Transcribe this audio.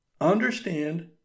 understand